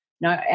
No